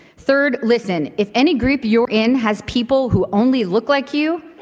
third, listen if any group you're in has people who only look like you,